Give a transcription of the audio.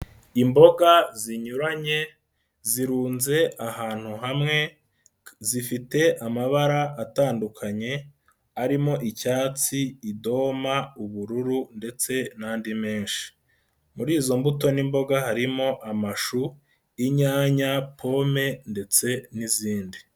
Imboga zinyuranye zirunze ahantu hamwe, zifite amabara atandukanye arimo: icyatsi, idoma, ubururu ndetse n'andi menshi. Muri izo mbuto n'imboga harimo: amashu, inyanya, pome ndetse n'izindi.